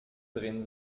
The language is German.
drin